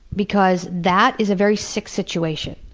because that is a very sick situation.